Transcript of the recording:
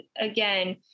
again